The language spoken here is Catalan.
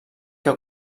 que